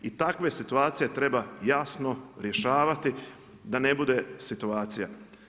I takve situacije treba jasno rješavati da ne bude situacija.